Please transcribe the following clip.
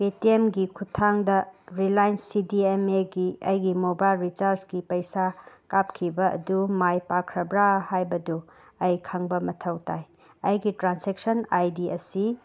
ꯄꯦꯇꯦꯝꯒꯤ ꯈꯨꯠꯊꯥꯡꯗ Reliance C D M ꯑꯦꯒꯤ ꯑꯩꯒꯤ ꯃꯣꯕꯥꯏꯜ ꯔꯤꯆꯥꯔꯖꯀꯤ ꯄꯩꯁꯥ ꯀꯥꯞꯈꯤꯕ ꯑꯗꯨ ꯃꯥꯏ ꯄꯥꯛꯈ꯭ꯔꯕꯔꯥ ꯍꯥꯏꯕꯗꯨ ꯑꯩ ꯈꯪꯕ ꯃꯊꯧ ꯇꯥꯏ ꯑꯩꯒꯤ ꯇ꯭ꯔꯥꯟꯁꯦꯛꯁꯟ ꯑꯥꯏ ꯗꯤ ꯑꯁꯤ